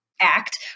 act